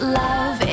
love